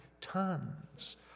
tons